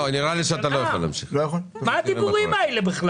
מה הדיבורים הללו,